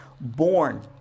born